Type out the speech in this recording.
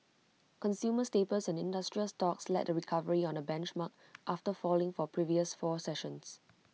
consumer staples and industrial stocks led the recovery on the benchmark after falling for previous four sessions